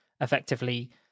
effectively